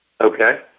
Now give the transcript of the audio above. Okay